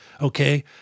okay